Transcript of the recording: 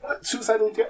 suicidal